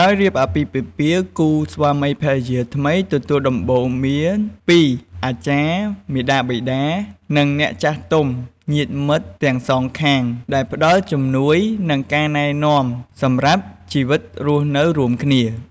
ក្រោយរៀបអាពាហ៍ពិពាហ៍គូស្វាមីភរិយាថ្មីទទួលដំបូន្មានពីអាចារ្យ មាតាបិតា និងអ្នកចាស់ទុំ ញាតិមិត្តទាំងសងខាង ដែលផ្តល់ជំនួយ និងការណែ នាំសម្រាប់ជីវិតរស់នៅរួមគ្នា។